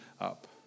up